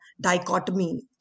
dichotomy